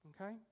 Okay